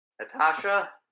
Natasha